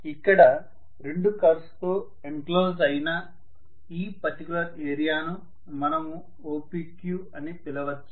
ఇక్కడ రెండు కర్వ్స్ తో ఎన్ క్లోజ్ ఐన ఈ పర్టికులర్ ఏరియాను మనము OPQ అని పిలవచ్చు